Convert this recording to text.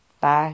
Bye